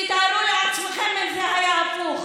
תתארו לעצמכם אם זה היה הפוך.